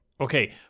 Okay